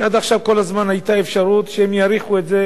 כשעד עכשיו כל הזמן היתה אפשרות שהם יאריכו את זה